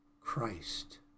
Christ